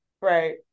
right